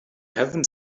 haven’t